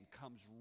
comes